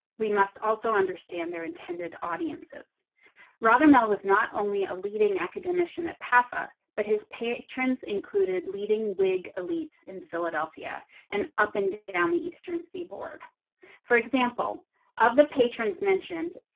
we must also understand their intended audiences rather mel was not only a leading academician at path, ah but his pay trends included leading wig elites in philadelphia and up and down the eastern seaboard for example of the patrons mentioned